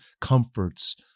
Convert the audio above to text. comforts